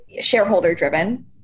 shareholder-driven